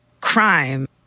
crime